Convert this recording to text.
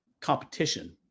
competition